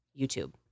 YouTube